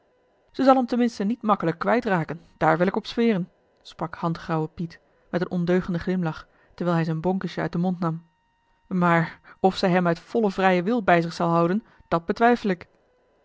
ze zal hem ten minste niet makkelijk kwijt raken daar wil ik op zweren sprak handgauwe piet met een ondeugenden glimlach terwijl hij zijn bonkesje uit den mond nam maar of zij hem uit vollen vrijen wil bij zich zal houden dat betwijfel ik